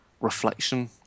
reflection